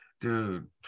dude